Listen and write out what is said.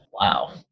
Wow